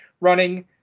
running